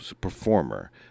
performer